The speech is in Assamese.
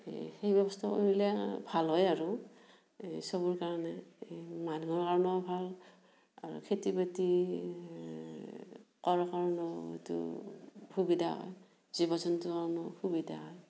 এই সেই ব্যৱস্থা কৰিলে ভাল হয় আৰু এই চবৰ কাৰণে মানুহৰ কাৰণেও ভাল আৰু খেতি বাতি কৰাৰ কাৰণেও এইটো সুবিধা হয় জীৱ জন্তুৰ কাৰণেও সুবিধা হয়